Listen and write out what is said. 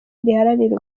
riharanira